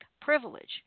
privilege